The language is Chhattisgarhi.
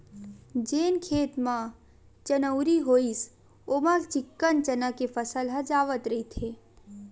जउन खेत म चनउरी होइस ओमा चिक्कन चना के फसल ह जावत रहिथे